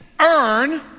earn